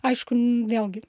aišku vėlgi